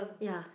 ya